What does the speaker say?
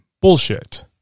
bullshit